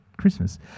Christmas